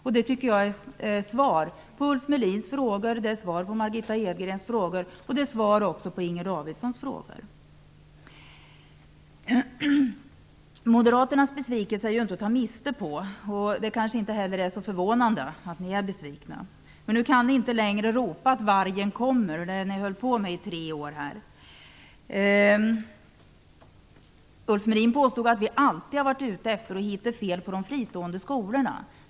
Och det tycker jag är svar på Ulf Melins, Margitta Moderaternas besvikelse är ju inte att ta miste på, och det kanske inte heller är så förvånande att de är besvikna. Men nu kan de inte längre ropa att vargen kommer, som de har gjort i tre års tid. Ulf Melin påstod att vi socialdemokrater alltid har varit ute efter att hitta fel på de fristående skolorna.